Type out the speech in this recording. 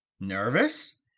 Nervous